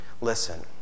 Listen